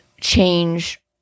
change